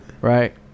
right